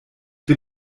bin